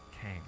came